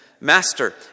Master